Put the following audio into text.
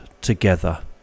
together